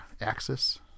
Axis